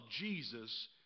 Jesus